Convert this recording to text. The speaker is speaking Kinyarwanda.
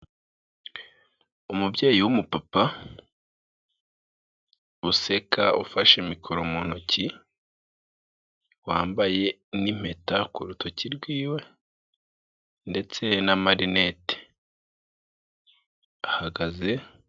Umubyeyi w'umupapa useka ufashe mikoro mu ntoki, wambaye n'impeta ku rutoki rw'iwe ndetse n'amarinete ahagaze.